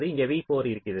இங்கே v4 இருக்கிறது